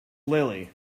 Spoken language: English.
lily